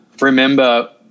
remember